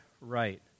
right